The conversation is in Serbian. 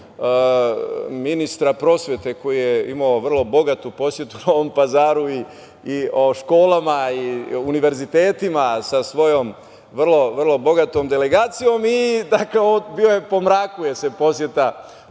ministra prosvete koji je imao vrlo bogatu posetu Novom Pazaru i o školama i univerzitetima, sa svojom vrlo bogatom delegacijom. Dakle, po mraku se poseta